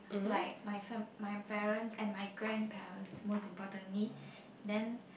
like my family my parents my grandparents most importantly then